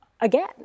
again